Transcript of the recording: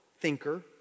Thinker